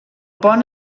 pont